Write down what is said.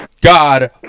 god